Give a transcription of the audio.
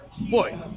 boy